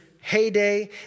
heyday